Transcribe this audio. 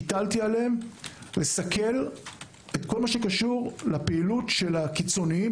לסכל את הפעילות של הקיצונים,